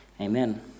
Amen